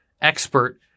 expert